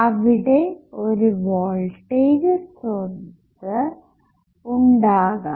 അവിടെ ഒരു വോൾടേജ്സ്രോതസ്സു ഉണ്ടാകാം